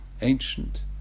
Ancient